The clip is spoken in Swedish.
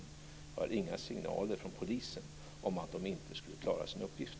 Det finns inga signaler från polisen om att de inte skulle klara sin uppgift.